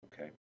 okay